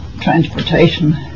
Transportation